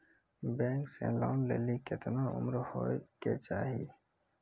Bank से loan लेली केतना उम्र होय केचाही?